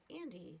Andy